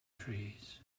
trees